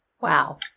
Wow